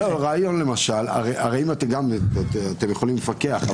אתם יכולים לפקח,